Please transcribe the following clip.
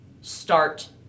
start